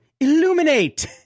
illuminate